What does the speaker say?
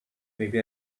maybe